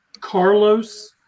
carlos